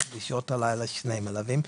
בשעות הלילה שני מלווים,